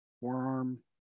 forearm